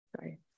Sorry